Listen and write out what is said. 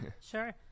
Sure